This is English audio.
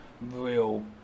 real